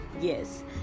Yes